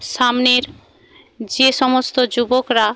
সামনের যে সমস্ত যুবকরা